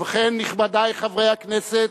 ובכן, נכבדי חברי הכנסת,